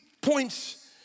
points